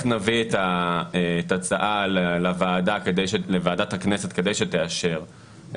נביא את ההצעה לוועדת הכנסת כדי שתאשר,